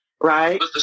right